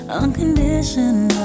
unconditional